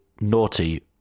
naughty